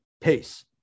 pace